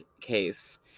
case